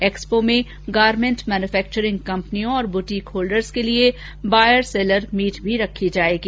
expo में garment manufacturing कंपनियों और बुटीक होल्डर्स के लिए बॉयर्स सेलर मीट भी रखी जाएगी